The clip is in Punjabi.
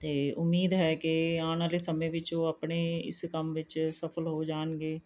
ਅਤੇ ਉਮੀਦ ਹੈ ਕਿ ਆਉਣ ਵਾਲ਼ੇ ਸਮੇਂ ਵਿੱਚ ਉਹ ਆਪਣੇ ਇਸ ਕੰਮ ਵਿੱਚ ਸਫਲ ਹੋ ਜਾਣਗੇ